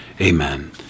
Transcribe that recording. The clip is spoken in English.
Amen